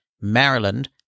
Maryland